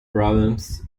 problems